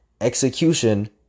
Execution